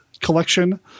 collection